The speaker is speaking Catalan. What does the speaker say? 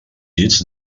llits